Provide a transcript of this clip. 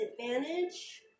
advantage